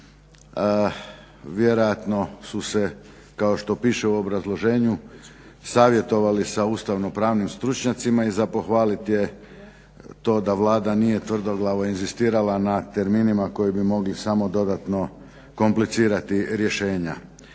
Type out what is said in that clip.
Vjerojatno su se kao što piše u obrazloženju savjetovali sa ustavno-pravnim stručnjacima i za pohvalit je to da Vlada nije tvrdoglavo inzistirala na terminima koji bi mogli samo dodatno komplicirati rješenja.